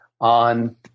on